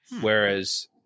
Whereas